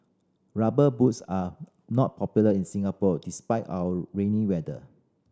Rubber Boots are not popular in Singapore despite our rainy weather